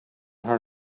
her